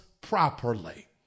properly